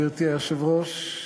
גברתי היושבת-ראש,